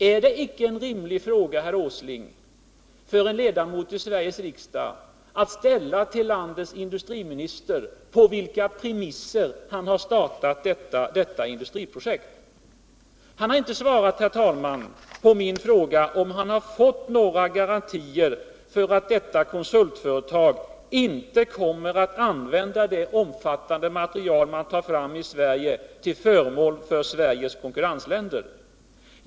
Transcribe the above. Är det icke en rimlig fråga, herr Åsling, för en ledamot i Sveriges riksdag att ställa till landets industriminister, på vilka premisser han har startat detta industriprojekt? Herr Åsling har inte svarat på min fråga om han har fått några garantier för att detta konsultföretag inte kommer att använda ett omfattande material som man tar fram i Sverige till förmån för Sveriges konkurrentländer.